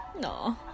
No